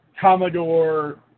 Commodore